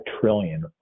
trillion